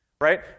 right